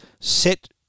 set